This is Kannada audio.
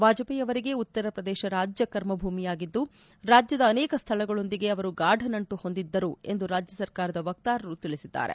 ವಾಜಪೇಯಿ ಅವರಿಗೆ ಉತ್ತರಪ್ರದೇಶ ರಾಜ್ಯ ಕರ್ಮಭೂಮಿಯಾಗಿದ್ದು ರಾಜ್ಯದ ಅನೇಕ ಸ್ವಳಗಳೊಂದಿಗೆ ಅವರು ಗಾಢ ನಂಟು ಹೊಂದಿದ್ದರು ಎಂದು ರಾಜ್ಯ ಸರ್ಕಾರದ ವಕ್ತಾರರು ತಿಳಿಸಿದ್ದಾರೆ